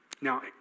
Now